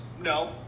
No